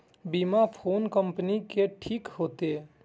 बीमा कोन कम्पनी के ठीक होते?